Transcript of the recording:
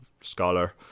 scholar